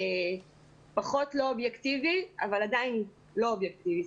פחות לא אובייקטיבי אבל עדיין לא אובייקטיבי.